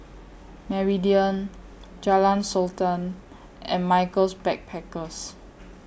Meridian Jalan Sultan and Michaels Backpackers